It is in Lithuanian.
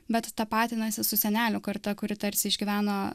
bet tapatinasi su senelių karta kuri tarsi išgyveno